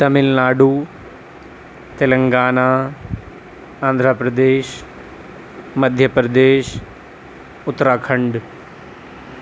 Tamil Nadu Telangana Andhra Pradesh Madhya Pradesh Uttarakhand